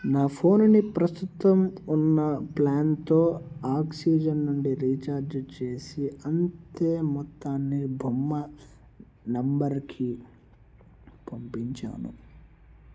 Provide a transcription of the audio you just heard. నా ఫోన్ని ప్రస్తుతం ఉన్న ప్ల్యాన్తో ఆక్సిజన్ నుండి రీఛార్జ్ చేసి అంతే మొత్తాన్ని బొమ్మ నెంబర్కి పంపించాను